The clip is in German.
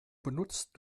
benutzt